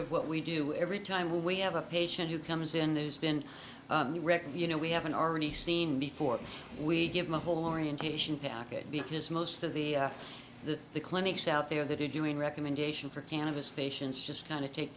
of what we do every time we have a patient who comes in there's been a record you know we haven't already seen before we give them a whole orientation package because most of the the clinics out there that are doing recommendation for cannabis patients just kind of take